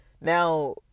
Now